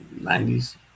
90s